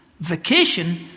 Vacation